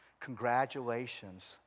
Congratulations